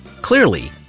Clearly